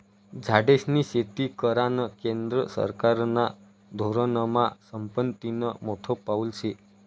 झाडेस्नी शेती करानं केंद्र सरकारना धोरनमा संपत्तीनं मोठं पाऊल शे